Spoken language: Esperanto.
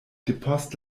depost